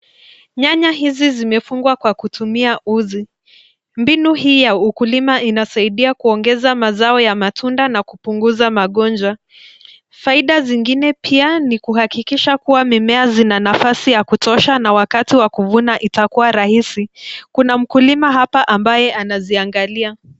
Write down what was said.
Nyanya hizi zimefungwa kwa kutumia uzi. Mbinu hii ya ukulima inasaidia kuongeza mazao ya matunda na kupunguza magonjwa, faida zingine pia ni kuhakikisha kuwa mimea zina nafasi ya kutosha na wakati wa kuvuna itakuwa rahisi. Kuna mkulima hapa ambaye anaziangalia.